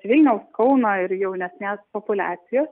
vilniaus kauno ir jaunesnės populiacijos